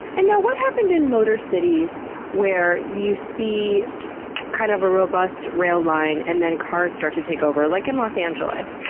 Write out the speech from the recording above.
and what happened in motor cities where you see kind of a robust rail line and then cars start to take over, like in los angeles?